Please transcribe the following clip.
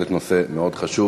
בהחלט נושא מאוד חשוב.